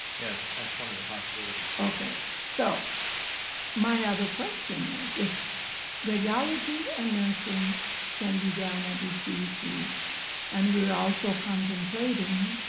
yes, that's one of the possibilities. okay. so my other question is if radiology and nursing can be down at the cc and we're also contemplating